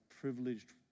privileged